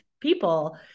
people